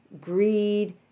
greed